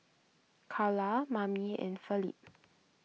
Karla Mamie and Felipe